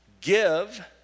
give